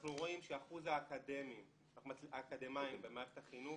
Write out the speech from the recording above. אנחנו רואים שאחוז האקדמאים במערכת החינוך